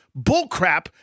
bullcrap